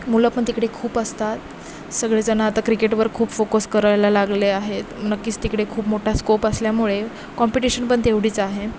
मुलं पण तिकडे खूप असतात सगळेजणं आता क्रिकेटवर खूप फोकस करायला लागले आहेत नक्कीच तिकडे खूप मोठा स्कोप असल्यामुळे कॉम्पिटिशन पण तेवढीच आहे